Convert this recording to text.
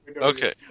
okay